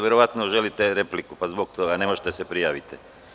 Verovatno želite repliku, pa zbog toga ne možete da se prijavite.